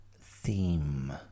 theme